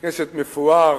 בית-כנסת מפואר,